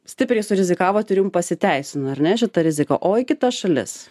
stipriai surizikavot ir jum pasiteisino ar ne šita rizika o į kitas šalis